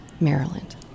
Maryland